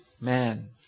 man